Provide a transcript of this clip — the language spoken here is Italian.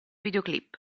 videoclip